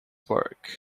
work